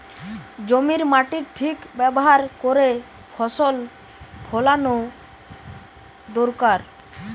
জমির মাটির ঠিক ব্যাভার কোরে ফসল ফোলানো দোরকার